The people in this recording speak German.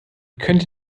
könnte